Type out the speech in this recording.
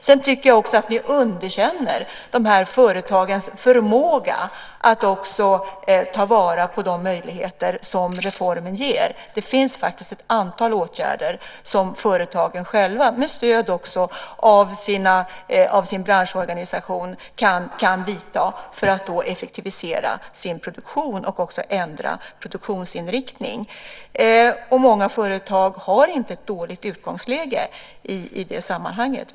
Sedan tycker jag också att också att ni underkänner de här företagens förmåga att ta vara på de möjligheter som reformen ger. Det finns faktiskt ett antal åtgärder som företagen själva, också med stöd av sin branschorganisation, kan vidta för att effektivisera sin produktion och ändra produktionsinriktning. Många företag har inte ett dåligt utgångsläge i det sammanhanget.